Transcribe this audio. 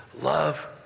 love